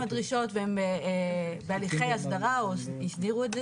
הדרישות והם בהליכי הסדרה או הסדירו את זה.